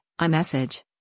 iMessage